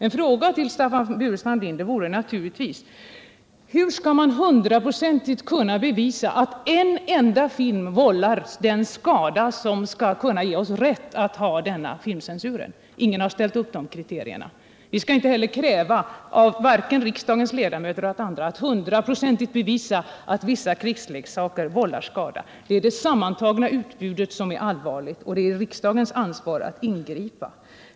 En fråga till Staffan Burenstam Linder är naturligtvis: Hur skall man hundraprocentigt kunna bevisa att en enda film vållar den skada som skall kunna ge oss rätt att ha filmcensur? Ingen har ställt upp de kriterierna. Vi skall inte heller kräva vare sig av riksdagens ledamöter eller av andra att de skall hundraprocentigt bevisa att vissa krigsleksaker vållar skada. Det är det sammantagna utbudet som är allvarligt, och det är riksdagens ansvar att ingripa.